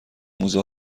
موزه